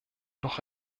doch